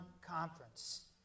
Conference